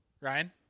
Ryan